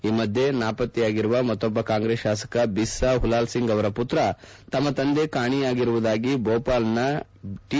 ಈ ಮಧ್ಯೆ ನಾಪತ್ತೆಯಾಗಿರುವ ಮತ್ತೊಬ್ಲ ಕಾಂಗ್ರೆಸ್ ಶಾಸಕ ಬಿಸ್ನಾ ಹುಲಾಲ್ ಸಿಂಗ್ ಅವರ ಪುತ್ರ ತಮ್ಮ ತಂದೆ ಕಾಣೆಯಾಗಿರುವುದಾಗಿ ಭೂಪಾಲ್ನ ಟಿ